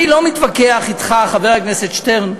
אני לא מתווכח אתך, חבר הכנסת שטרן,